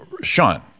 sean